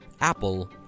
Apple